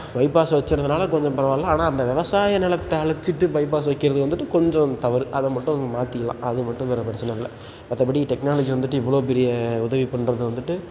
bypass வச்சிருந்தனால கொஞ்சம் பரவாயில்ல ஆனால் அந்த விவசாய நிலத்த அழிச்சிட்டு பைபாஸ் வைக்கிறது வந்துட்டு கொஞ்சம் தவறு அதை மட்டும் மாற்றிக்கலாம் அது மட்டும் வேறு பிரச்சனைல்ல மற்றபடி டெக்னாலஜி வந்துட்டு இவ்வளோ பெரிய உதவி பண்ணுறது வந்துட்டு